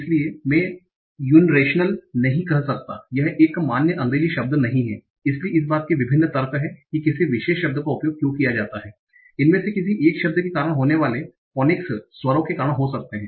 इसलिए मैं यूनरेशनल नहीं कह सकता यह एक मान्य अंग्रेजी शब्द नहीं है इसलिए इस बात के विभिन्न तर्क हैं कि किसी विशेष शब्द का उपयोग क्यों किया जाता है इनमें से किसी एक शब्द के कारण होने वाले फोएनिक्स स्वरों के कारण हो सकते हैं